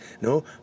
No